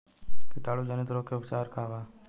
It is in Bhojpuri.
कीटाणु जनित रोग के का उपचार बा?